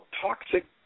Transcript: Toxic